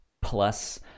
plus